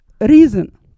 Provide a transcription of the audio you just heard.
reason